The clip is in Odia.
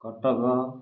କଟକ